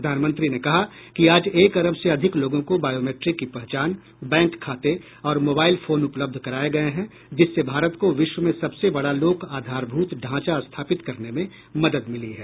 प्रधानमंत्री ने कहा कि आज एक अरब से अधिक लोगों को बायोमैट्रिक की पहचान बैंक खाते और मोबाइल फोन उपलब्ध कराए गए हैं जिससे भारत को विश्व में सबसे बड़ा लोक आधारभूत ढांचा स्थापित करने में मदद मिली है